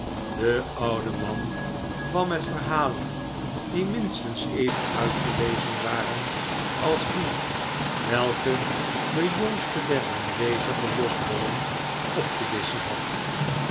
de oude man kwam met verhalen die minstens even uitgelezen waren als die welke de jongste der aanwezige losbollen op te disschen had